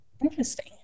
interesting